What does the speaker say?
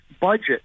budget